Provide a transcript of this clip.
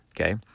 okay